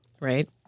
right